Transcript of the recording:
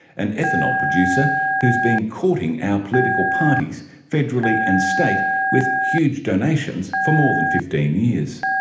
an ethanol producer who has been courting our political parties federally and state with huge donations for more than fifteen years.